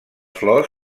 flors